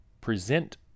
present